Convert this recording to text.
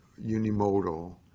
unimodal